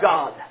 God